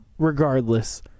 Regardless